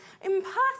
impossible